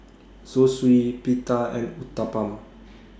Zosui Pita and Uthapam